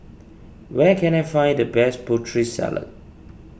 where can I find the best Putri Salad